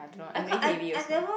I don't know and really heavy also